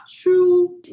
true